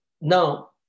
Now